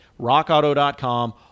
rockauto.com